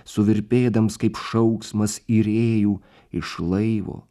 suvirpėdams kaip šauksmas irėjų iš laivo